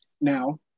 Now